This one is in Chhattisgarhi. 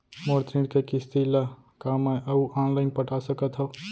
मोर ऋण के किसती ला का मैं अऊ लाइन पटा सकत हव?